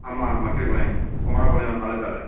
ஆமாம் மக்கிரிப்பாளையம் குமாரப்பாளையம் தாலுக்காவில்